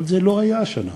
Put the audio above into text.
כל זה לא היה השנה.